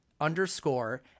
underscore